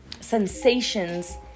sensations